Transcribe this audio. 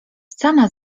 sama